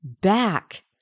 back